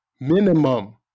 Minimum